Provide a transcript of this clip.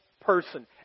person